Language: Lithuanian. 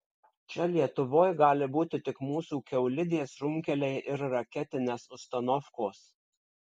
čia lietuvoj gali būti tik mūsų kiaulidės runkeliai ir raketines ustanofkos